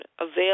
Avail